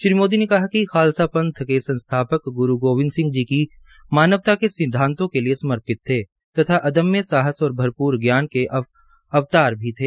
श्री मोदी ने कहा कि खालसा पंथ के संस्थापक ग्रू गोबिंद सिंह जी मानवता के सिदवांतों के लिये समर्पित थे तथा अदम्य साहस और भरपूर ज्ञान के अवतार भी थे